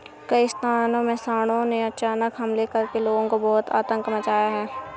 कई स्थानों में सांडों ने अचानक हमले करके लोगों में बहुत आतंक मचाया है